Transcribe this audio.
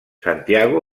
santiago